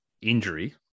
injury